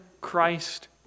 Christ